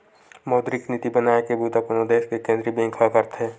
मौद्रिक नीति बनाए के बूता कोनो देस के केंद्रीय बेंक ह करथे